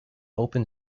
open